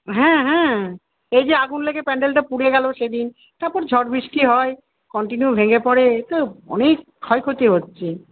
হ্যাঁ হ্যাঁ এই যে আগুন লেগে প্যান্ডেলটা পুড়ে গেল সেদিন তারপর ঝড়বৃষ্টি হয় কন্টিনিউ ভেঙে পড়ে এতে অনেক ক্ষয়ক্ষতি হচ্ছে